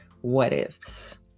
what-ifs